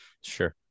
sure